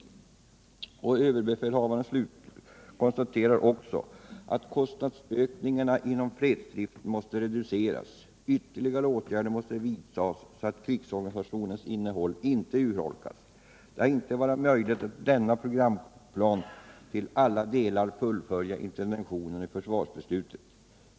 Överbefälhavaren konstaterar att kostnadsökningarna inom fredsdriften måste reduceras. Ytterligare åtgärder måste vidtas så att krigsorganisationens innehåll inte urholkas. Det har inte varit möjligt att i denna programplan till alla delar fullfölja intentionerna i försvarsbeslutet.